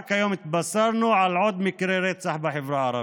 רק היום התבשרנו על עוד מקרה רצח בחברה הערבית.